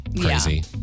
crazy